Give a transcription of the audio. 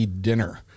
dinner